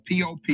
POP